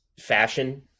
fashion